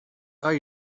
are